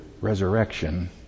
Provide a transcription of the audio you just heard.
resurrection